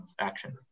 action